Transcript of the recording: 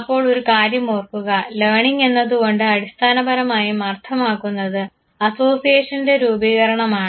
അപ്പോൾ ഒരു കാര്യം ഓർക്കുക ലേണിങ് എന്നതുകൊണ്ട് അടിസ്ഥാനപരമായും അർത്ഥമാക്കുന്നത് അസോസിയേഷൻറെ രൂപീകരണമാണ്